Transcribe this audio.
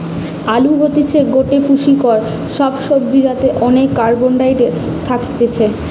আলু হতিছে গটে পুষ্টিকর সবজি যাতে অনেক কার্বহাইড্রেট থাকতিছে